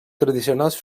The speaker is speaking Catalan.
tradicionals